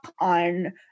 on